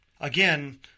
again